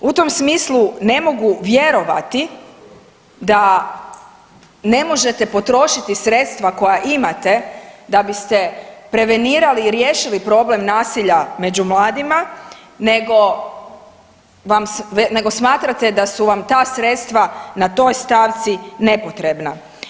U tom smislu ne mogu vjerovati da ne možete potrošiti sredstva koja imate da biste prevenirali i riješiti problem nasilja među mladima nego smatrate da su vam ta sredstva na toj stavci nepotrebna.